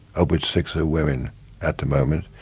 of which six are women at the moment.